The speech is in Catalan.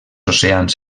oceans